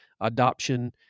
adoption